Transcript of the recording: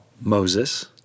Moses